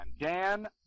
dan